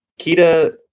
Kita